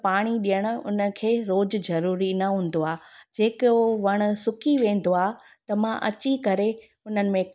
पाणी ॾियण उन खे रोज़ु ज़रूरी न हूंदो आ्हे जेको वणु सुकी वेंदो आहे त मां अची करे उन में